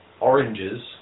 Oranges